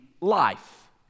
life